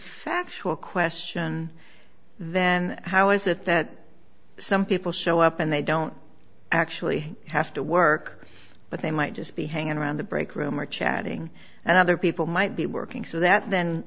factual question then how is it that some people show up and they don't actually have to work but they might just be hanging around the break room or chatting and other people might be working so that then